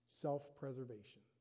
Self-preservation